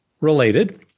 related